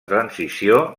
transició